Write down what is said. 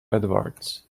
edward